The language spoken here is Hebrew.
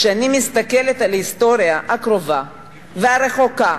כשאני מסתכלת על ההיסטוריה הקרובה והרחוקה